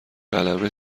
قلمه